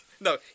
No